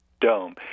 Dome